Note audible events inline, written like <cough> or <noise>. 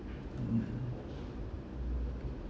mm <breath>